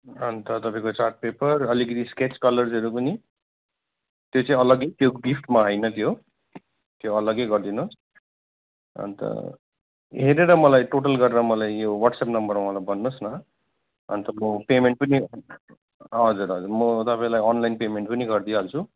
अन्त तपाईँको chart paper अलिकति स्केच कलर्सहरू पनि त्यो चाहिँ अलग्गै त्यो गिफ्टमा होइन त्यो त्यो अलग्गै गरिदिनु होस् अन्त हेरेर मलाई टोटल गरेर मलाई यो वाट्सएप नम्बरमा मलाई भन्नुहोस् न अनि तपाईँको पे पेन पनि हजुर हजुर म तपाईँलाई अनलाइन पेमेन्ट पनि गरिदिई हाल्छु